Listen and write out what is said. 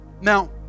now